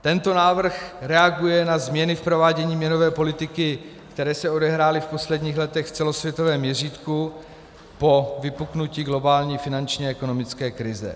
Tento návrh reaguje na změny v provádění měnové politiky, které se odehrály v posledních letech v celosvětovém měřítku po vypuknutí globální finančněekonomické krize.